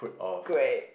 great